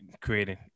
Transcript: creating